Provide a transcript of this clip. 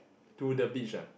to the beach ah